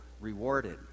rewarded